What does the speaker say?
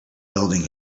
building